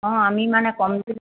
অঁ আমি মানে কমতি